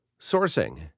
Sourcing